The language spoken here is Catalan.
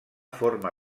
forma